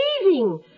leaving